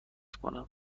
کنم